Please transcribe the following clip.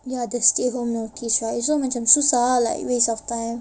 ya the stay home notice right so macam susah like waste of time